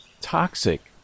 toxic